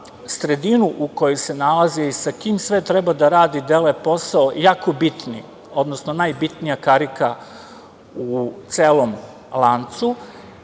sredinu u kojoj se nalazi, sa kim sve treba da rade, dele posao, jako bitni, odnosno najbitnija karika u celom lancu